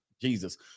jesus